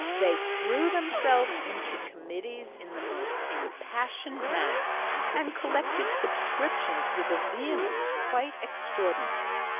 they threw themselves into committees in the most impassioned manner and collected subscriptions with a vehemence quite extraordinary.